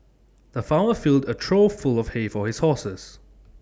the farmer filled A trough full of hay for his horses